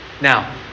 now